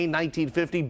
1950